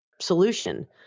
solution